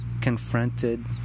confronted